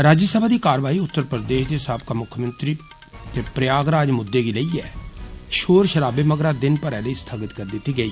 राज्यसभा दी कारवाई उत्तर प्रदेष दे साबका मुक्खमंत्री प्रयागराज मुद्दें गी लेइयै षोर षराबे मगरा दिन भरै लेई स्थगित करी दिती गेई